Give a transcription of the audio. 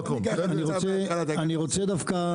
אני רוצה דווקא